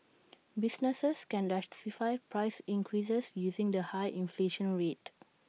businesses can justify price increases using the high inflation rate